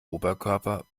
oberkörper